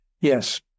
yes